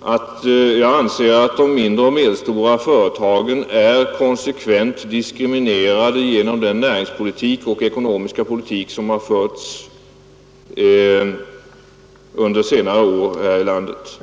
att jag anser att de mindre och medelstora företagen är konsekvent diskriminerade genom den näringspolitik och ekonomiska politik som förts under senare år här i landet.